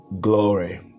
glory